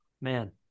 man